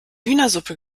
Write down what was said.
hühnersuppe